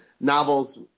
Novels